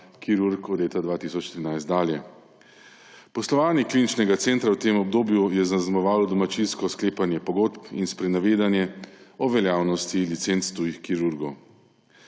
kirurg od leta 2013 dalje. Poslovanje kliničnega centra v tem obdobju je zaznamovalo domačinsko sklepanje pogodb in sprenevedanje o veljavnosti licenc tujih kirurgov.